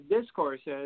discourses